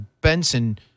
Benson